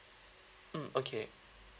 mm okay